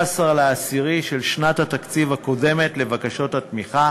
ראוי, לבדוק סעיפים.